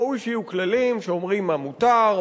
ראוי שיהיו כללים שאומרים מה מותר,